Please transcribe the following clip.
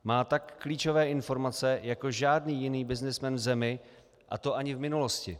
Má tak klíčové informace jako žádný jiný byznysmen v zemi, a to ani v minulosti.